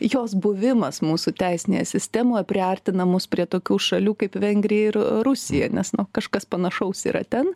jos buvimas mūsų teisinėje sistemoje priartina mus prie tokių šalių kaip vengrija ir rusija nes kažkas panašaus yra ten